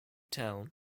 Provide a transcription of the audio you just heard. town